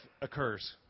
occurs